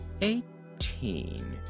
Eighteen